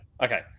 Okay